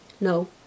no